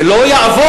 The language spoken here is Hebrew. זה לא יעבור.